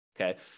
okay